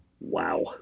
Wow